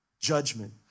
judgment